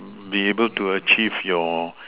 be able to achieve your